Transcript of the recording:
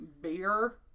beer